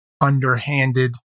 underhanded